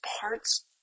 parts